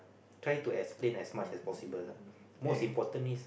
try to explain as much as possible most important is